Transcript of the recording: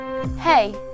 Hey